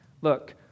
Look